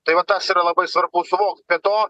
tai va tas yra labai svarbu suvokt be to